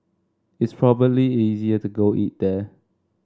it's probably easier to go eat there